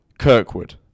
Kirkwood